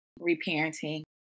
reparenting